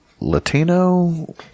Latino